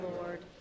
Lord